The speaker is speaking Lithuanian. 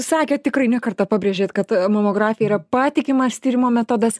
sakėt tikrai ne kartą pabrėžėt kad mamografija yra patikimas tyrimo metodas